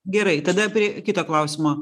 gerai tada prie kito klausimo